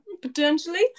potentially